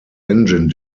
engine